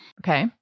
Okay